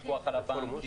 הפיקוח על הבנקים,